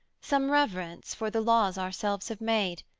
some reverence for the laws ourselves have made,